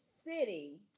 city